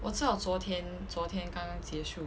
我知道昨天昨天刚刚结束